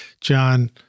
John